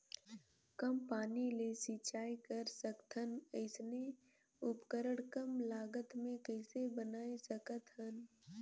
कम पानी ले सिंचाई कर सकथन अइसने उपकरण कम लागत मे कइसे बनाय सकत हन?